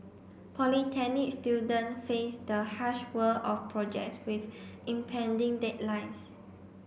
Polytechnic student face the harsh world of projects with impending deadlines